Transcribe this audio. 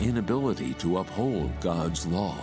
inability to uphold god's law